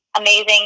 amazing